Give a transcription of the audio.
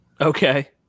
Okay